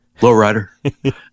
Lowrider